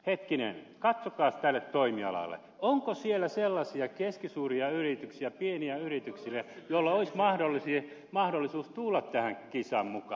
katsokaas tälle toimialalle onko siellä sellaisia keskisuuria yrityksiä pieniä yrityksiä joilla olisi mahdollisuus tulla tähän kisaan mukaan